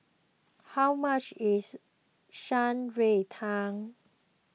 how much is Shan Rui Tang